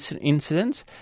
incidents